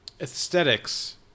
aesthetics